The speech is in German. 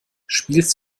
spielst